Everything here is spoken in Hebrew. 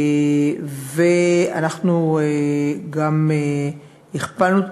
ואנחנו גם הכפלנו,